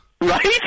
Right